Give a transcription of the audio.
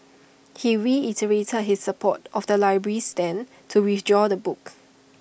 he reiterated his support of the library's stand to withdraw the books